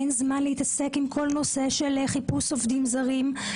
אין זמן להתעסק עם כל נושא של חיפוש עובדים זרים.